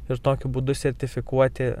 ir tokiu būdu sertifikuoti